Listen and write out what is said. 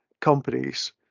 companies